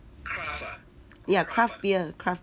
ya craft beer